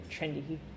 trendy